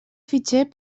fitxer